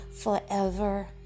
forever